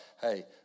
hey